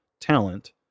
talent